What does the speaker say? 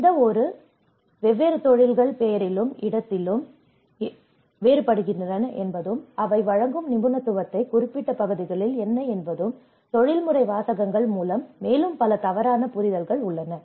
இந்த வெவ்வேறு தொழில்கள் பெயரிலும் இடத்திலும் இடத்திற்கு வேறுபடுகின்றன என்பதும் அவை வழங்கும் நிபுணத்துவத்தை குறிப்பிட்ட பகுதிகள் என்ன என்பதும் தொழில்முறை வாசகங்கள் மூலம் மேலும் பல தவறான புரிதல்களும் உள்ளன